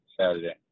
Saturday